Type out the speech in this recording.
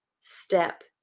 step